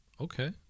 Okay